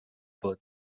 بود